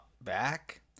back